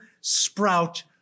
sprout